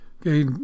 Okay